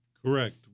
Correct